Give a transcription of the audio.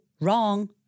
wrong